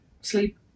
sleep